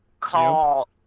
call